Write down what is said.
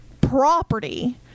property